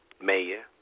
mayor